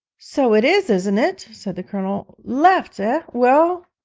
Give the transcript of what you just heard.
so it is, isn't it said the colonel. left, ah? well,